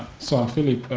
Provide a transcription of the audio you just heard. so i'm phillip.